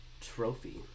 trophy